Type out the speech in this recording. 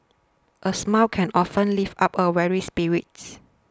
a smile can often lift up a weary spirit